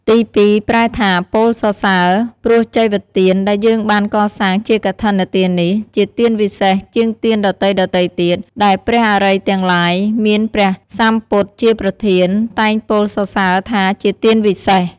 ទីពីរប្រែថាពោលសរសើរ ព្រោះចីវទានដែលយើងបានកសាងជាកឋិនទាននេះ ជាទានវិសេសជាងទានដទៃៗទៀតដែលព្រះអរិយទាំងឡាយមានព្រះសម្ពុទ្ធជាប្រធាន តែងពោលសរសសើរថាជាទានវិសេស។